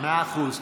מאה אחוז.